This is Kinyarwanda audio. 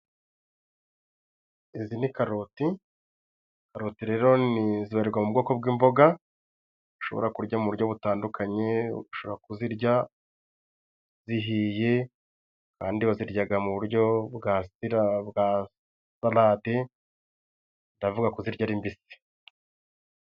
Izi ni karoti ,roti rero ni zirirwa mu bwoko bw'imboga ,ushobora kurya mu buryo butandukanye ,ushobora kuzirya zihiye ,abandi baziryaga mu buryo bwasira wa sarade ndavuga kuzirya ari mbisi .